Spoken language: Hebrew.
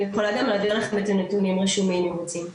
אני יכולה גם להעביר לכם את הנתונים רשומים אם רוצים.